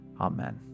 Amen